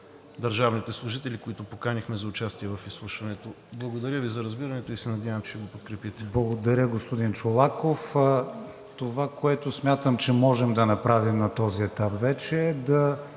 държавните служители, които поканихме за участие в изслушването. Благодаря Ви за разбирането и се надявам, че ще го подкрепите. ПРЕДСЕДАТЕЛ КРИСТИАН ВИГЕНИН: Благодаря, господин Чолаков. Това, което смятам, че можем да направим на този етап вече, е да